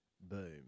Boom